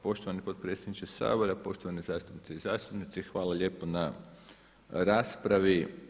Poštovani potpredsjedniče Sabora, poštovane zastupnice i zastupnici hvala lijepo na raspravi.